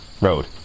road